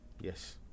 Yes